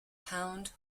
pound